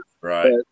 Right